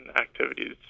activities